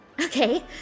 okay